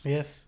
Yes